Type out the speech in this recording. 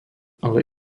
ale